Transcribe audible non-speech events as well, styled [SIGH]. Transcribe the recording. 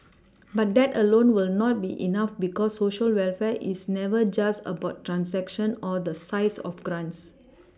[NOISE] but that alone will not be enough because Social welfare is never just about transactions or the size of grants [NOISE]